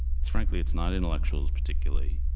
it's frankly, it's not intellectuals particularly.